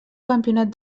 campionat